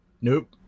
Nope